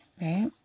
right